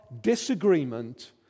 disagreement